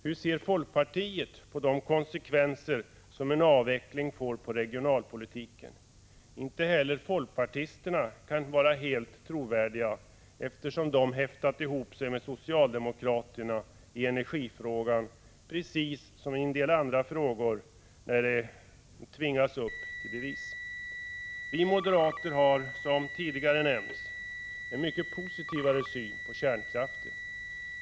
Hur ser folkpartiet på de konsekvenser som en avveckling får på regionalpolitiken? Inte heller folkpartisterna kan vara helt trovärdiga, eftersom de häftat ihop sig med socialdemokraterna i energifrågan, precis som i en del andra frågor när de tvingas upp till bevis. Vi moderater har, som tidigare nämnts, en mycket positivare syn på kärnkraften.